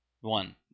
One